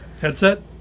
Headset